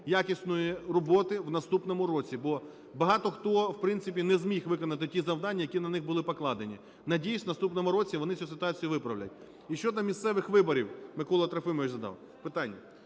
якісної роботи в наступному році, бо багато хто в принципі не зміг виконати ті завдання, які на них були покладені. Надіюсь в наступному році вони цю ситуацію виправлять. І щодо місцевих виборів, Микола Трохимович задав питання.